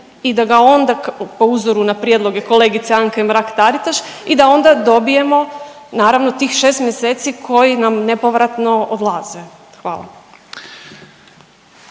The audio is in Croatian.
i da ga onda po uzoru na prijedloge kolegice Anke Mrak-Taritaš i da onda dobijemo naravno tih 6 mjeseci koji nam nepovratno odlaze, hvala.